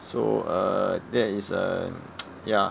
so uh that is uh ya